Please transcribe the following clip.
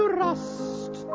rust